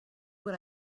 what